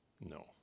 No